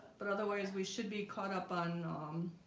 but otherwise, we should be caught up on um